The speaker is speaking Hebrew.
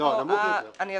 אני אסביר.